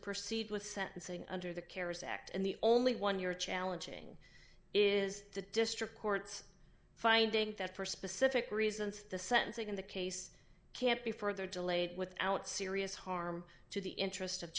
proceed with sentencing under the carers act and the only one you're challenging is the district court's finding that for specific reasons the sentencing in the case can't be further delayed without serious harm to the interest of